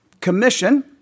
commission